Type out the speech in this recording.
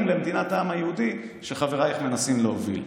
במדינת העם היהודי שחברייך מנסים להוביל.